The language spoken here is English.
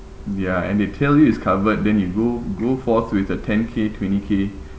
ya and they tell you it's covered then you go go forth with a ten K twenty K